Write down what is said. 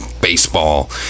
baseball